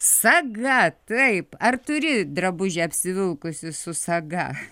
saga taip ar turi drabužį apsivilkusį su saga